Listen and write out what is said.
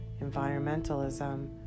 Environmentalism